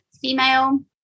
female